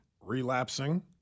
relapsing